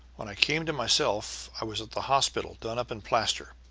when i came to myself i was at the hospital done up in plaster,